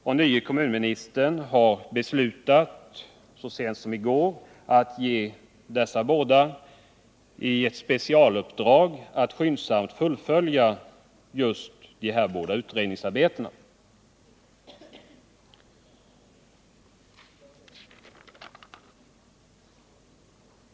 Vår nye kommunminister beslutade så sent som i går att ge dessa båda personer specialuppdraget att skyndsamt fullfölja de aktuella utredningsarbetena.